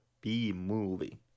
B-movie